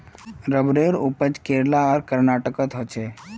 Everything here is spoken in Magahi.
रबरेर उपज केरल आर कर्नाटकोत होछे